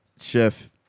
Chef